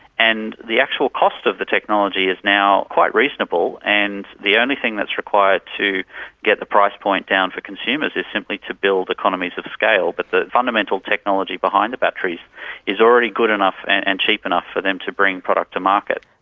and the actual cost of the technology is now quite reasonable and the only thing that's required to get the price point down for consumers is simply to build economies of scale. but the fundamental technology behind the batteries is already good enough and and cheap enough for them to bring product to market.